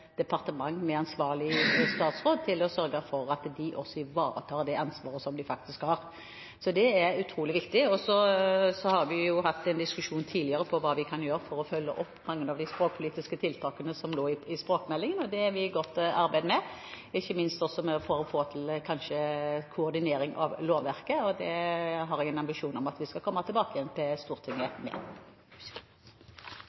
departement, med ansvarlig statsråd, ansvaret for å sørge for at også de ivaretar det ansvaret som de faktisk har. Det er utrolig viktig. Så har vi hatt en diskusjon tidligere om hva vi kan gjøre for å følge opp mange av de språkpolitiske tiltakene som lå i språkmeldingen. Det arbeidet er vi godt i gang med, ikke minst for å få til en koordinering av lovverket, og det har jeg en ambisjon om at vi skal komme tilbake igjen til Stortinget